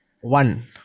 One